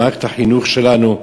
במערכת החינוך שלנו,